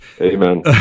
Amen